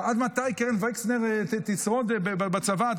עד מתי קרן וקסנר תשרוד בצבא?